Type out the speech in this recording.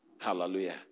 Hallelujah